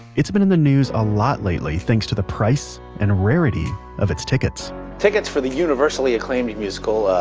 it's been in the news a lot lately thanks to the price and rarity of its tickets tickets for the universally acclaimed musical,